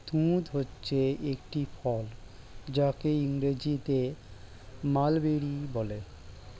তুঁত হচ্ছে একটি ফল যাকে ইংরেজিতে মালবেরি বলে